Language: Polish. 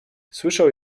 słyszał